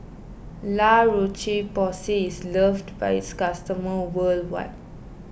La Roche Porsay is loved by its customers worldwide